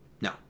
no